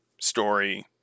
story